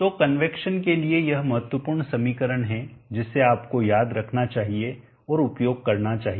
तो कन्वैक्शन के लिए यह महत्वपूर्ण समीकरण है जिसे आपको याद रखना चाहिए और उपयोग करना चाहिए